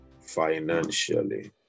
financially